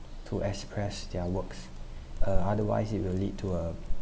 to express their works uh otherwise it will lead to a